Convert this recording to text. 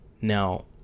Now